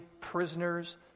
prisoners